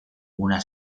una